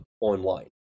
online